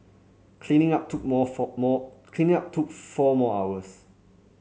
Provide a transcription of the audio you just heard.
cleaning up took more four more cleaning up took four more hours